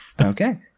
Okay